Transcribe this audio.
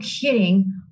kidding